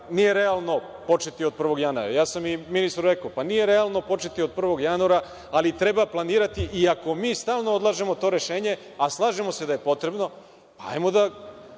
nije realno početi od 1. januara“, ja sam i ministru rekao – pa nije realno početi od 1. januara, ali treba planirati i ako mi stalno odlažemo to rešenje, a slažemo se da je potrebno, hajmo da